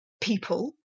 people